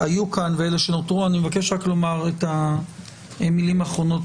אני מבקש רק לומר מילים אחרונות